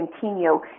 continue